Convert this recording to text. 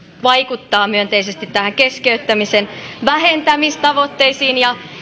vaikuttaa myönteisesti näihin keskeyttämisen vähentämistavoitteisiin ja